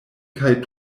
kaj